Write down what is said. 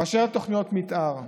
אשר לתוכניות מתאר,